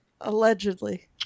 Allegedly